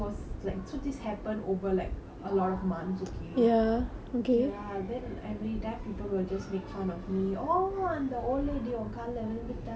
ya then everytime people will just make fun of me oh அந்த:antha old lady உன் கால்லே விழுந்துட்டா உன்:un kaalae vilunthutta un ankle உடைஞ்சிட்டு:udainchittu !blah! !blah! !blah! !blah! !blah!